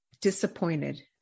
disappointed